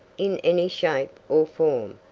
in any shape or form,